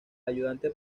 ayudante